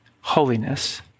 holiness